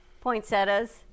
poinsettias